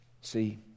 See